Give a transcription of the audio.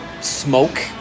smoke